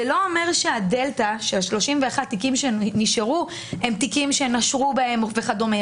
זה לא אומר שהדלתא של 31 תיקים שנשארו הם תיקים שנשרו בהם וכדומה.